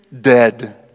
dead